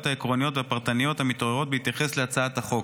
העקרוניות והפרטניות המתעוררות בהתייחס להצעת החוק.